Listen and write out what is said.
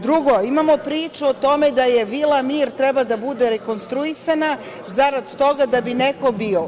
Drugo, imamo priču o tome da vila „Mir“ treba da bude rekonstruisana zarad toga da bi neko bio.